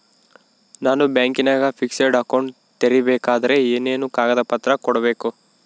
ನಾನು ಬ್ಯಾಂಕಿನಾಗ fixed account ತೆರಿಬೇಕಾದರೆ ಏನೇನು ಕಾಗದ ಪತ್ರ ಕೊಡ್ಬೇಕು?